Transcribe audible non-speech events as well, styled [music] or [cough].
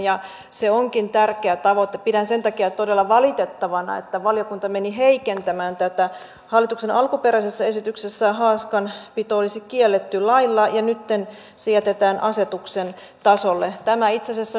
se onkin tärkeä tavoite pidän sen takia todella valitettavana että valiokunta meni heikentämään tätä hallituksen alkuperäisessä esityksessä haaskanpito olisi kielletty lailla mutta nytten se jätetään asetuksen tasolle tämä itse asiassa [unintelligible]